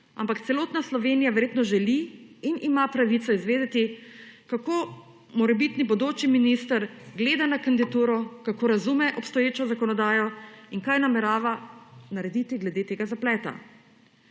ampak celotna Slovenija verjetno želi in ima pravico izvedeti, kako morebitni bodoči minister gleda na kandidaturo, kako razume obstoječo zakonodajo in kaj namerava narediti glede tega zapleta.